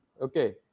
Okay